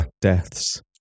deaths